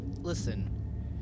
listen